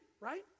right